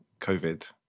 COVID